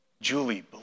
Julie